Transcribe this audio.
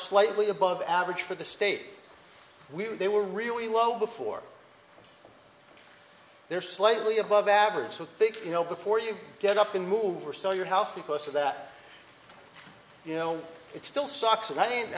slightly above average for the state we they were really low before they're slightly above average so i think you know before you get up and move or sell your house because of that you know it still sucks and i mean